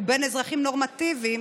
ובין אזרחים נורמטיביים,